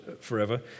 forever